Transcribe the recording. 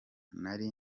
nari